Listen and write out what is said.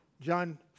John